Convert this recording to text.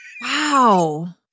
Wow